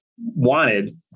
wanted